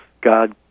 God